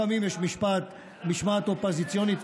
לפעמים יש משמעת אופוזיציונית,